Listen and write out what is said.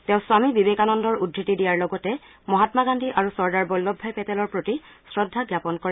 তেওঁ স্বামী বিবেকানন্দৰ উদ্ধৃতি দিয়াৰ লগতে মহাম্মা গান্ধী আৰু চৰ্দাৰ বল্লভ ভাই পেটেলৰ প্ৰতি শ্ৰদ্ধা জাপন কৰে